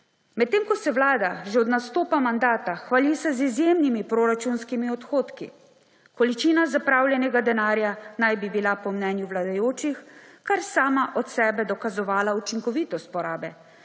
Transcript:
Medtem ko se vlada že od nastopa mandata hvalisa z izjemnimi proračunskimi odhodki, količina zapravljenega denarja naj bi po mnenju vladajočih kar sama od sebe dokazovala učinkovitost porabe,